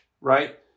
right